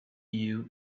you